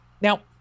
Now